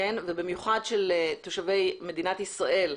ובמיוחד של תושבי מדינת ישראל,